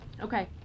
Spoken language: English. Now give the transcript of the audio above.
Okay